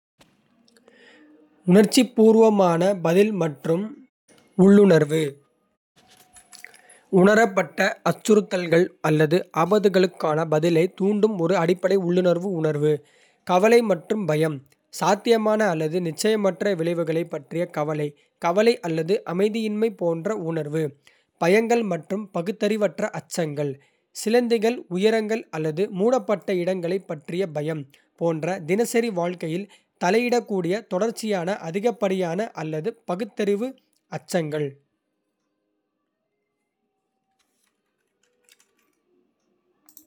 உணர்ச்சிபூர்வமான பதில் மற்றும் உள்ளுணர்வு உணரப்பட்ட அச்சுறுத்தல்கள் அல்லது ஆபத்துகளுக்கான பதிலைத் தூண்டும் ஒரு அடிப்படை, உள்ளுணர்வு உணர்வு. கவலை மற்றும் பயம் சாத்தியமான அல்லது நிச்சயமற்ற விளைவுகளைப் பற்றிய கவலை, கவலை அல்லது அமைதியின்மை போன்ற உணர்வு. பயங்கள் மற்றும் பகுத்தறிவற்ற அச்சங்கள் சிலந்திகள், உயரங்கள் அல்லது மூடப்பட்ட இடங்களைப் பற்றிய பயம் போன்ற தினசரி வாழ்க்கையில் தலையிடக்கூடிய தொடர்ச்சியான, அதிகப்படியான அல்லது பகுத்தறிவற்ற அச்சங்கள்.